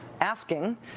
asking